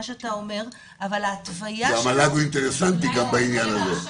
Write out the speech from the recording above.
שאתה אומר -- והמל"ג אינטרסנטי גם בעניין הזה.